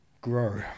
grow